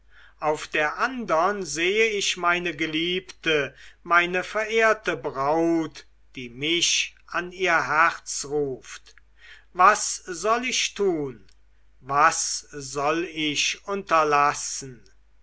auf der andern sehe ich meine geliebte meine verehrte braut die mich an ihr herz ruft was soll ich tun was soll ich unterlassen